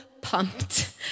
pumped